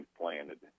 planted